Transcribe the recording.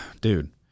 dude